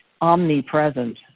omnipresent